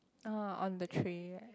uh on the tray right